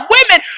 Women